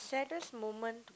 saddest moment to